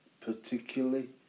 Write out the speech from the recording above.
particularly